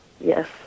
Yes